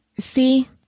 See